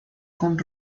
con